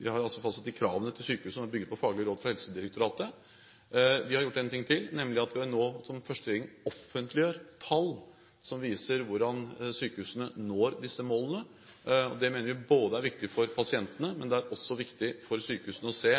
råd fra Helsedirektoratet. Vi har gjort én ting til, nemlig at vi nå offentliggjør tall som viser hvordan sykehusene når disse målene. Dette mener vi er viktig for pasienten, men det er også viktig for sykehusene å se